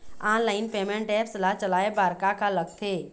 Online payment apps ला चलाए बार का का लगथे?